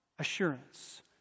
assurance